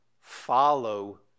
follow